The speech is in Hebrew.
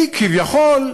כביכול,